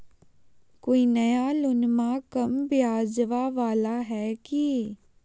कोइ नया लोनमा कम ब्याजवा वाला हय की?